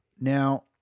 Now